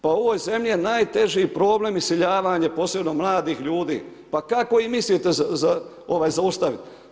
Pa u ovoj zemlji je najteži problem iseljavanje, posebno mladih ljudi, pa kako ih mislite zaustaviti?